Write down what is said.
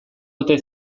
ote